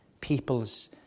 peoples